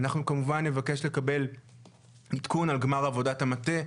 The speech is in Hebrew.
אנחנו כמובן נבקש לקבל עדכון על גמר עבודת המטה,